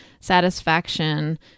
satisfaction